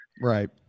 Right